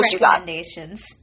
recommendations